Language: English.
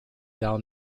down